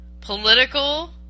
political